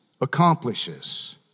accomplishes